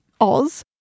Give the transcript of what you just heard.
Oz